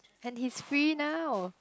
and he's free now